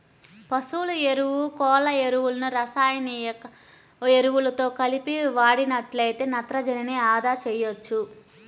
పశువుల ఎరువు, కోళ్ళ ఎరువులను రసాయనిక ఎరువులతో కలిపి వాడినట్లయితే నత్రజనిని అదా చేయవచ్చు